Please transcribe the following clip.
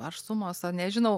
ar sumos nežinau